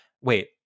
Wait